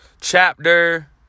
chapter